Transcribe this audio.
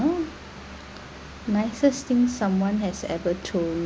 nicest thing someone has ever told